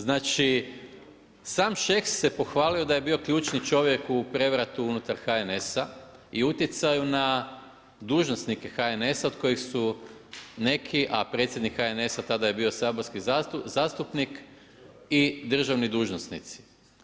Znači sam Šeks se pohvalio da je bio ključni čovjek u prevratu unutar HNS-a i utjecaju na dužnosnike HNS-a od kojih su neki a predsjednik HNS-a tada je bio saborski zastupnik i državni dužnosnici.